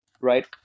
right